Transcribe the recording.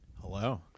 hello